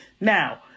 Now